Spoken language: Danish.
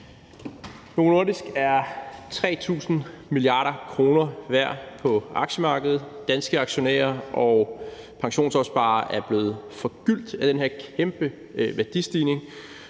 Novo Nordisk er 3.000 mia. kr. værd på aktiemarkedet, og danske aktionærer og pensionsopsparere er blevet forgyldt af den her kæmpe værdistigning,